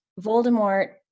Voldemort